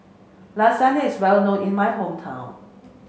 Lasagna is well known in my hometown